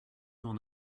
m’en